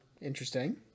interesting